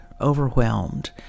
overwhelmed